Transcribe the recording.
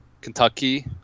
Kentucky